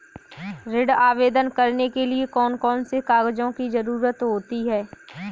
ऋण आवेदन करने के लिए कौन कौन से कागजों की जरूरत होती है?